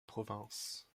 provinces